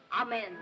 Amen